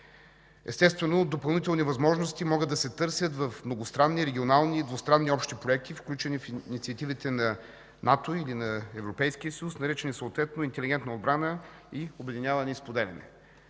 Естествено, допълнителни възможности могат да се търсят в многостранни, регионални и двустранни общи проекти, включени в инициативите на НАТО или на Европейския съюз, наричани съответно „Интелигентна отбрана” и „Обединяване и споделяне”.